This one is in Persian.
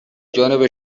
جانب